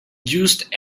used